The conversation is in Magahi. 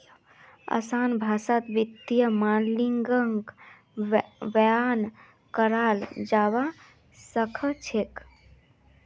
असान भाषात वित्तीय माडलिंगक बयान कराल जाबा सखछेक